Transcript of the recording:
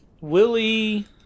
Willie